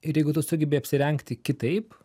ir jeigu tu sugebi apsirengti kitaip